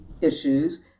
issues